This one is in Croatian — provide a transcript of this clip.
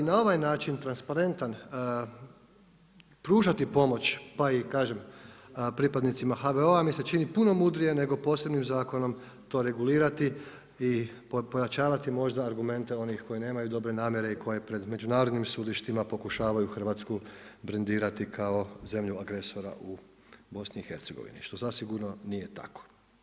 I na ovaj način transparentan pružati pomoć pa i kažem pripadnicima HVO-a mi se čini puno mudrije nego posebnim zakonom to regulirati i pojačavati možda argumente onih koji nemaju dobre namjere i koji pred međunarodnim sudištima pokušavaju Hrvatsku brendirati kao zemlju agresora u BiH što zasigurno nije tako.